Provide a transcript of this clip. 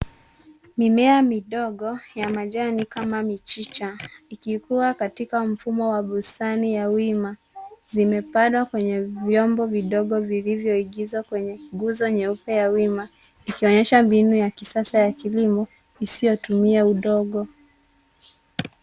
Mimea midogo ya majani kama michicha ikikua katika mfumo wa bustani ya wima, zimepandwa kwenye vyombo vidogo vilivyoingizwa kwenye nguzo nyeupe ya wima; ikoonyesha mbinu ya kisasa ya kilimo isiyotumia udongo.